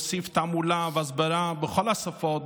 להוסיף תעמולה והסברה בכל השפות,